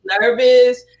nervous